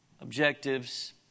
objectives